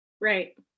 right